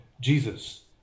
Jesus